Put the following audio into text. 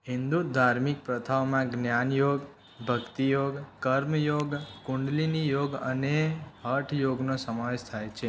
હિંદુ ધાર્મિક પ્રથાઓમાં જ્ઞાનયોગ ભક્તિયોગ કર્મયોગ કુંડલિનીયોગ અને હઠયોગનો સમાવેશ થાય છે